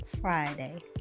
Friday